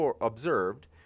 observed